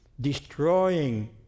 destroying